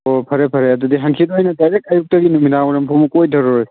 ꯑꯣ ꯐꯔꯦ ꯐꯔꯦ ꯑꯗꯨꯗꯤ ꯍꯪꯆꯤꯠ ꯑꯣꯏꯅ ꯗꯥꯏꯔꯦꯛ ꯑꯌꯨꯛꯇꯒꯤ ꯅꯨꯃꯤꯗꯥꯡ ꯋꯥꯏꯔꯝ ꯐꯥꯎꯕ ꯀꯣꯏꯊꯔꯨꯔꯁꯤ